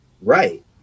right